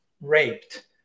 raped